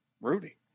Rudy